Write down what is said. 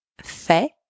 fait